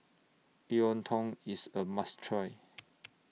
Iontong IS A must Try